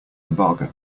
embargo